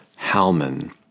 Halman